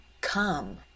Come